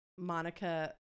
monica